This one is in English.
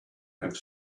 have